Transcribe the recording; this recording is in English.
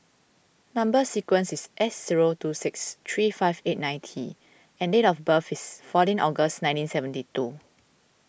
Number Sequence is S zero two six three five eight nine T and date of birth is fourteen August nineteen seventy two